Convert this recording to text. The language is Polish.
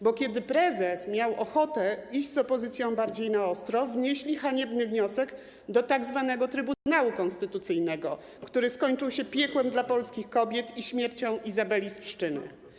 Bo kiedy prezes miał ochotę iść z opozycją bardziej na ostro, wnieśli haniebny wniosek do tzw. Trybunału Konstytucyjnego, który skończył się piekłem dla polskich kobiet i śmiercią Izabeli z Pszczyny.